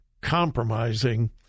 compromising